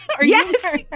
Yes